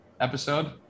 episode